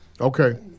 Okay